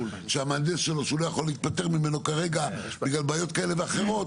שהמהנדס שלו שהוא לא יכול להיפתר ממנו כרגע בגלל כאלה ואחרות,